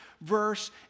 verse